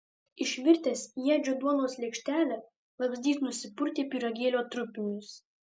išvirtęs į edžio duonos lėkštelę vabzdys nusipurtė pyragėlio trupinius